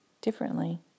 differently